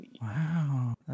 Wow